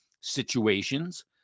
situations